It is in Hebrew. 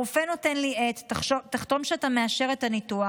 הרופא נותן לי עט: תחתום שאתה מאשר את ניתוח,